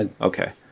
Okay